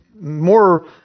more